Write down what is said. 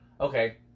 Okay